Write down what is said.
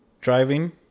Driving